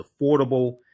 affordable